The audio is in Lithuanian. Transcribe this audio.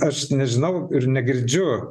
aš nežinau ir negirdžiu